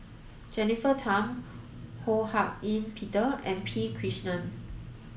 Jennifer Tham Ho Hak Ean Peter and P Krishnan